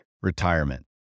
retirement